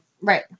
Right